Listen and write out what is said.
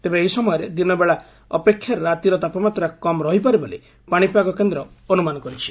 ତେବେ ଏହି ସମୟରେ ଦିନବେଳା ଅପେକ୍ଷା ରାତିର ତାପମାତ୍ରା କମ୍ ରହିପାରେ ବୋଲି ପାଶିପାଗ କେନ୍ଦ୍ର ଅନୁମାନ କରିଛି